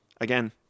Again